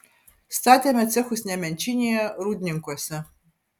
statėme cechus nemenčinėje rūdninkuose